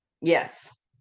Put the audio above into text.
Yes